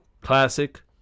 classic